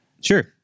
Sure